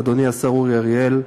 אדוני השר אורי אריאל,